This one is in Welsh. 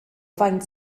faint